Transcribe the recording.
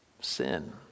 sin